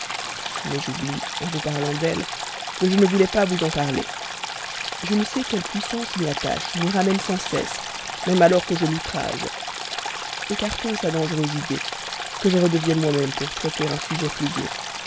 mais j'oublie en vous parlant d'elle que je ne voulais pas vous en parler je ne sais quelle puissance m'y attache m'y ramène sans cesse même alors que je l'outrage ecartons sa dangereuse idée que je redevienne moi-même pour traiter un sujet plus gai